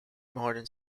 modern